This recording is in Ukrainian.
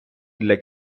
для